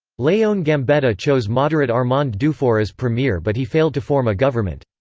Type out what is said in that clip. leon gambetta chose moderate armand dufaure as premier but he failed to form a government.